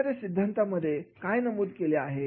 एखाद्या सिद्धांतामध्ये काय नमूद केले आहे